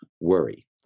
worry